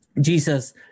Jesus